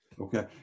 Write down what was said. Okay